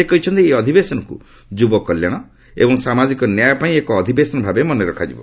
ସେ କହିଛନ୍ତି ଏହି ଅଧିବେଶନକୁ ଯୁବ କଲ୍ୟାଣ ଏବଂ ସାମାଜିକ ନ୍ୟାୟ ପାଇଁ ଏକ ଅଧିବେଶନ ଭାବେ ମନେ ରଖାଯିବ